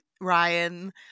Ryan